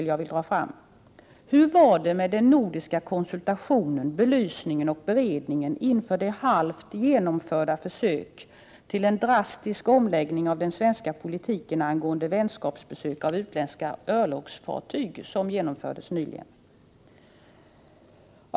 R ä 4 ES be de åtgärder på det ma Hur var det med den nordiska konsultationen, belysningen och beredningen nina omtådet inför det halvt genomförda försök till en drastisk omläggning av den svenska politiken angående vänskapsbesök av utländska örlogsfartyg som genomfördes nyligen?